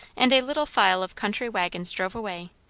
and a little file of country waggons drove away,